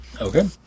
Okay